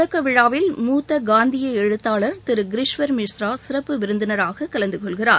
தொடக்க விழாவில் மூத்த காந்திய எழுத்தாளர் திரு கிரிஷ்வர் மிஸ்ரா சிறப்பு விருந்தினராக கலந்து கொள்கிறார்